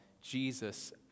Jesus